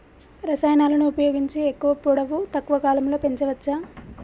రసాయనాలను ఉపయోగించి ఎక్కువ పొడవు తక్కువ కాలంలో పెంచవచ్చా?